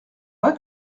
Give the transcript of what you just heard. pas